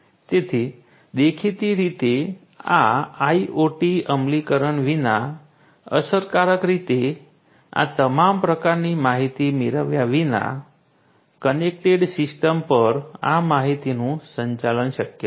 તેથી દેખીતી રીતે આ IoT અમલીકરણ વિના અસરકારક રીતે આ તમામ પ્રકારની માહિતી મેળવ્યા વિના કનેક્ટેડ સિસ્ટમ પર આ માહિતીનું સંચાલન શક્ય નથી